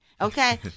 Okay